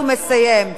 הוא מסיים.